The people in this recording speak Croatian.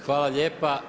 Hvala lijepa.